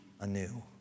anew